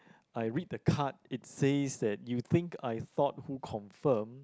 I read the card it says that you think I thought who confirm